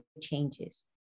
changes